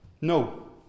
No